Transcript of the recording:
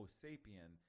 sapien